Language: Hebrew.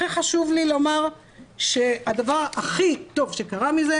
הכי חשוב לי לומר שהדבר הכי טוב שקרה מזה,